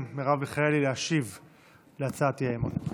מרב מיכאלי להשיב על הצעת האי-אמון.